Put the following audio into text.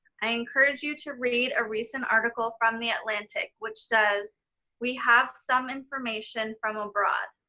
i encourage you to read a recent article from the atlantic which says we have some information from abroad.